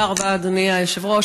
תודה רבה, אדוני היושב-ראש.